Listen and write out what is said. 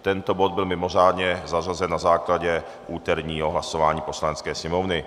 Tento bod byl mimořádně zařazen na základě úterního hlasování Poslanecké sněmovny.